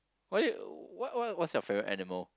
why you what what what's your favourite animal